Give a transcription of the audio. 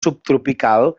subtropical